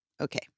okay